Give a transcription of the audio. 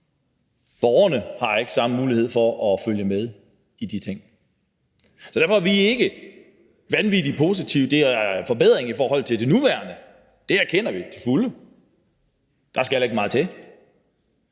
Borgerne har ikke samme mulighed for at følge med i de ting. Derfor er vi ikke vanvittig positive. Det er en forbedring i forhold til det nuværende; det erkender vi til fulde. Der skal heller ikke meget til.